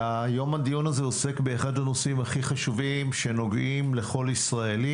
היום הדיון הזה עוסק באחד הנושאים הכי חשובים שנוגעים לכל ישראלי